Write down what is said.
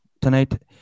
tonight